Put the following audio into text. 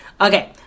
Okay